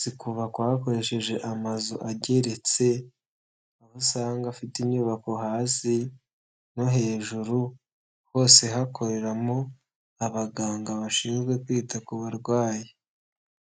zikubakwa hakoreshejwe amazu ageretse, aho usanga afite inyubako hasi no hejuru, hose hakoreramo abaganga bashinzwe kwita ku barwayi.